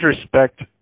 respect